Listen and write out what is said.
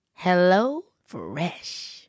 HelloFresh